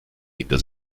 hinter